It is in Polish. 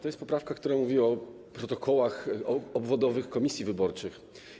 To jest poprawka, która mówi o protokołach obwodowych komisji wyborczych.